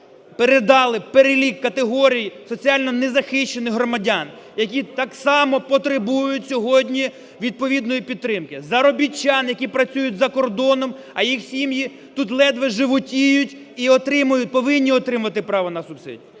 передали перелік категорій соціально незахищених громадян, які так само потребують сьогодні відповідної підтримки, заробітчан, які працюють за кордоном, а їх сім'ї тут ледве животіють і повинні отримувати право на субсидії.